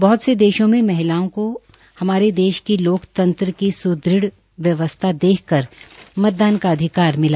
बहत से देशों में महिलाओं को हमोरे देश की लोकतंत्र की सुदृढ़ व्यवसथा देखकर मतदान का अधिकार मिला